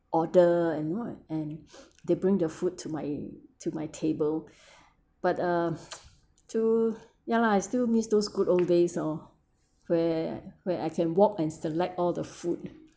order you know and they bring the food to my to my table but uh to ya lah I still miss those good old days hor where where I can walk and select all the food lah